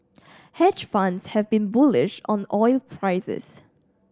hedge funds have been bullish on oil prices